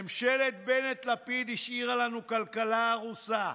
ממשלת בנט-לפיד השאירה לנו כלכלה הרוסה.